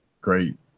great